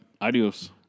Adios